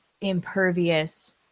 impervious